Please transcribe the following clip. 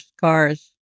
cars